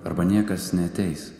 arba niekas neateis